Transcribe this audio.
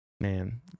Man